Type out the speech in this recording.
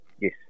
Yes